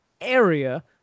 area